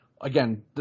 Again